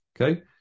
Okay